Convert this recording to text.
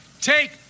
take